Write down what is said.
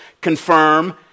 confirm